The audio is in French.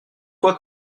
fois